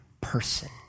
person